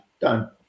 done